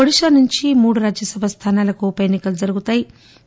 ఒడిషా నుంచి మూడు రాజ్యసభ స్థానాలకు ఉప ఎన్పి కలు జరుగనున్నా యి